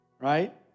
right